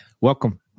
Welcome